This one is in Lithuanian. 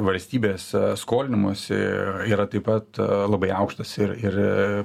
valstybės skolinimosi yra taip pat labai aukštas ir ir